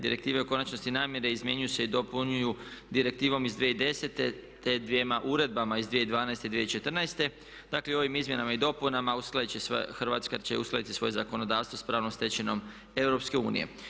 Direktive o konačnosti namire izmjenjuju se i dopunjuju Direktivom iz 2010. te dvjema Uredbama iz 2012., 2014. dakle, ovim izmjenama i dopunama Hrvatska će uskladiti svoje zakonodavstvo s pravnom stečevinom EU.